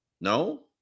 no